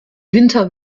winter